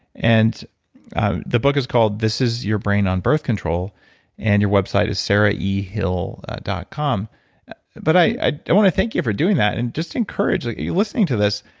and ah the book is called this is your brain on birth control and your website is sarahehill dot com but i want to thank you for doing that and just encourage like listening to this.